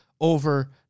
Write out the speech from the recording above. over